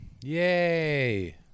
Yay